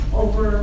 over